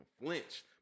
flinch